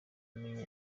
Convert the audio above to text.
amenya